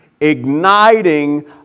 igniting